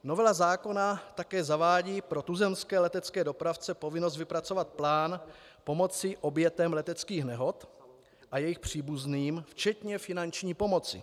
Novela zákona také zavádí pro tuzemské letecké dopravce povinnost vypracovat plán pomoci obětem leteckých nehod a jejich příbuzným, včetně finanční pomoci.